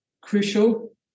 crucial